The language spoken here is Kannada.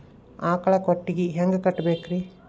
ಆಕಳ ಕೊಟ್ಟಿಗಿ ಹ್ಯಾಂಗ್ ಕಟ್ಟಬೇಕ್ರಿ?